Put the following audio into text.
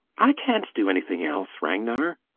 i cannot do anything else, ragnar!